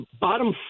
bottom